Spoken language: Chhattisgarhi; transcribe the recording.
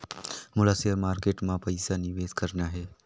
मोला शेयर मार्केट मां पइसा निवेश करना हे?